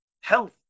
health